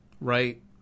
right